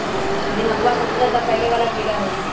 दीमकवा सबसे ज्यादा फैले वाला कीड़ा हई